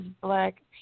black